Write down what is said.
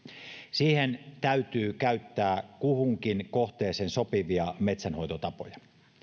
siihen täytyy käyttää kuhunkin kohteeseen sopivia metsänhoitotapoja